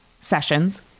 sessions